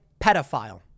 pedophile